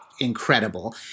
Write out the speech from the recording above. incredible